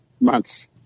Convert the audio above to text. months